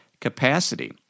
capacity